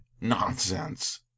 nonsense